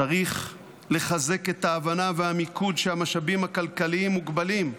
צריך לחזק את ההבנה והמיקוד לכך שהמשאבים הכלכליים מוגבלים.